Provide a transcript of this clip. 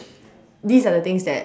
these are the things that